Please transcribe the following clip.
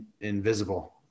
invisible